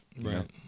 Right